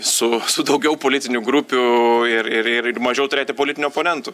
su su daugiau politinių grupių ir ir ir mažiau turėti politinių oponentų